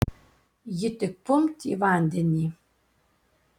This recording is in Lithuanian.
ji tik pumpt į vandenį